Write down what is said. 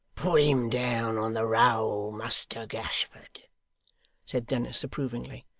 put him down on the roll, muster gashford said dennis approvingly.